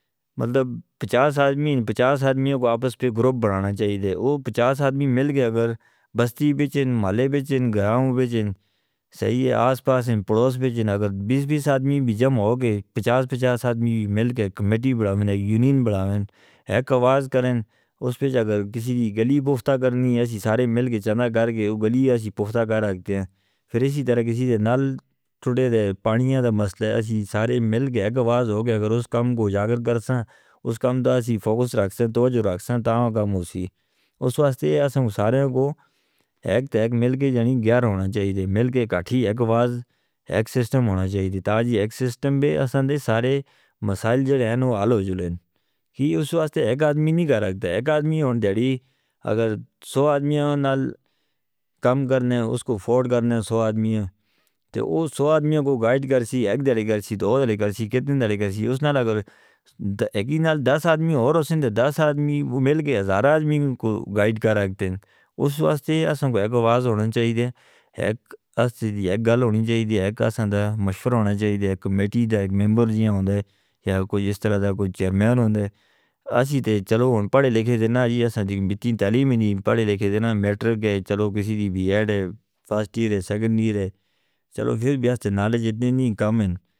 مطلب پچاس آدمی ان پچاس آدمیوں کو آپس میں گروپ بنانا چاہیے تھے۔ وہ پچاس آدمی مل گئے اگر بستی میں چن مالے میں چن گاؤں میں چن صحیح ہے آس پاس ان پڑوس میں چن۔ اگر بیس بیس آدمی بھی جمع ہو گئے، پچاس پچاس آدمی مل گئے، کمیٹی بنائیں، یونین بنائیں، ایک آواز کریں۔ اس پر اگر کسی دی گلی پختہ کرنی ہے، ہم سارے مل کے چنانا کر کے وہ گلی ہم پختہ کر آتے ہیں۔ پھر اسی طرح کسی دے نال تھوڑے دے پانیوں دا مسئلہ ہے، ہم سارے مل گئے۔ ایک آواز، ایک سسٹم ہونا چاہیے تھا جی۔ ایک سسٹم بھی ہیں، سارے مسائل جڑے ہیں، انہوں نے آلہ جلن کی۔ اس واسطے ایک آدمی نہیں کر رکھتا۔ ایک آدمی ہونے جڑی اگر سو آدمیوں نال کام کرنے، اس کو فورد کرنے سو آدمیوں تو وہ سو آدمیوں کو گائیڈ کرسی۔ ایک جڑے کرسی، دو جڑے کرسی، کتنے جڑے کرسی۔ اسنا لگر ایک ہی نال دس آدمیوں اور اسندے دس آدمی مل کے ہزار آدمیوں کو گائیڈ کر آتے ہیں۔ اس واسطے ہم کو ایک آواز ہونے چاہیے، ایک ہم سے ایک گل ہونے چاہیے، ایک ہم سے مشور ہونے چاہیے، ایک کمیٹی دا ایک ممبر جی آنے دے یا کوئی اس طرح دا کوئی چیرمین ہونے دے۔ اس لیے چلو ہم پڑھے لکھے دے نا جی، ہم کسی دی میٹین تعلیم ہی نہیں، پڑھے لکھے دے نا میٹرک ہے، چلو کسی دی بھی ایڈ ہے، فرسٹ ییر ہے، سیکنڈ ییر ہے، چلو پھر بھی ہاستی نالج اتنے نہیں کام ہے.